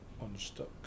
unstuck